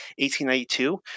1892